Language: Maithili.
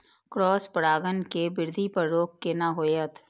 क्रॉस परागण के वृद्धि पर रोक केना होयत?